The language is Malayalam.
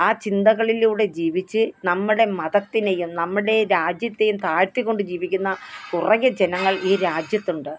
ആ ചിന്തകളിലൂടെ ജീവിച്ച് നമ്മുടെ മതത്തിനെയും നമ്മുടെ രാജ്യത്തേയും താഴ്ത്തിക്കൊണ്ട് ജീവിക്കുന്ന കുറേ ജനങ്ങള് ഈ രാജ്യത്തുണ്ട്